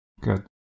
Good